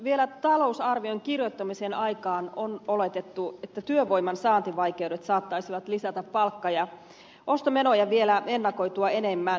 vielä talousarvion kirjoittamisen aikaan on oletettu että työvoiman saantivaikeudet saattaisivat lisätä palkka ja ostomenoja vielä ennakoitua enemmän